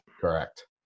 Correct